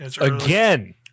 again